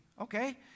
Okay